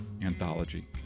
Anthology